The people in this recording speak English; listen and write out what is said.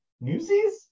Newsies